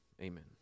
Amen